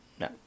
no